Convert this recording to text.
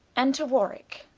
enter warwicke.